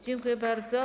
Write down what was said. Dziękuję bardzo.